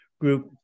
group